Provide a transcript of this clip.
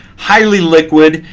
highly liquid.